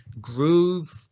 groove